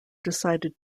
decided